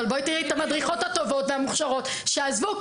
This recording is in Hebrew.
אבל בואי תראי את המדריכות הטובות והמוכשרות שעזבו,